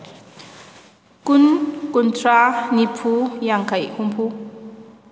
ꯀꯨꯟ ꯀꯨꯟꯊ꯭ꯔꯥ ꯅꯤꯐꯨ ꯌꯥꯡꯈꯩ ꯍꯨꯝꯐꯨ